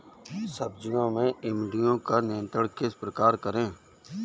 सब्जियों में इल्लियो का नियंत्रण किस प्रकार करें?